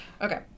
Okay